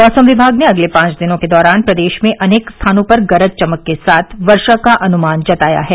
मौसम विभाग ने अगले पांच दिनों के दौरान प्रदेश में अनेक स्थानों पर गरज चमक के साथ वर्षा का अनुमान जताया है